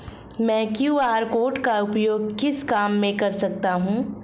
मैं QR code का उपयोग किस काम में कर सकता हूं?